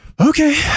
okay